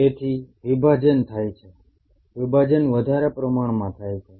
તેથી વિભાજન થાય છે વિભાજન વધારે પ્રમાણમાં થાય છે